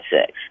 sex